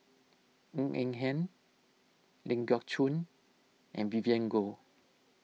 Ng Eng Hen Ling Geok Choon and Vivien Goh